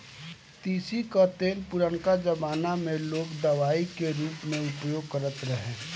तीसी कअ तेल पुरनका जमाना में लोग दवाई के रूप में उपयोग करत रहे